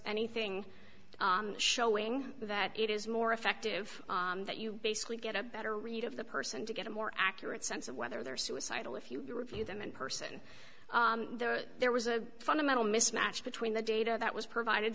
anything showing that it is more effective that you basically get a better read of the person to get a more accurate sense of whether they're suicidal if you review them in person there or there was a fundamental mismatch between the data that was provided